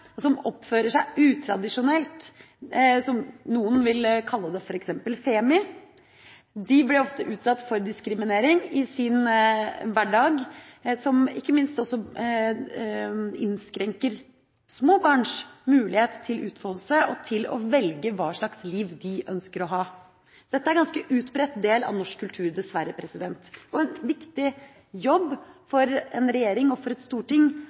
kjønnskategoriene, som oppfører seg utradisjonelt, som noen ville kalle f.eks. «femi», og som ofte blir utsatt for diskriminering i sin hverdag, innskrenker også små barns muligheter til utfoldelse og til å velge hva slags liv de ønsker å ha. Dette er dessverre en ganske utbredt del av norsk kultur. En viktig jobb for en regjering og et storting